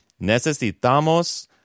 Necesitamos